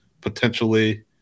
potentially